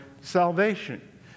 salvation